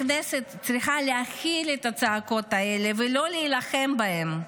הכנסת צריכה להכיל את הצעקות האלה ולא להילחם בהן.